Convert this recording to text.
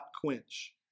quench